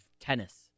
tennis